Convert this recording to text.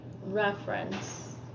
reference